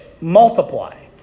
multiply